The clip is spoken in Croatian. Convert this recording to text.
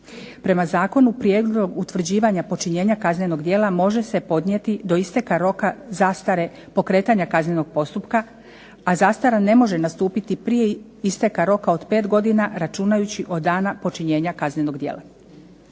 Prema zakonu prijedlog utvrđivanja počinjenja kaznenog djela može se podnijeti do isteka roka zastare pokretanja kaznenog postupka, a zastara ne može nastupiti prije isteka roka od pet godina računajući od dana počinjenja kaznenog djela.